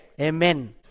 amen